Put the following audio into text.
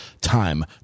time